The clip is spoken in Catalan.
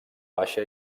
baixa